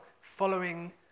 following